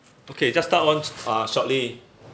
okay just start one uh shortly